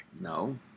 No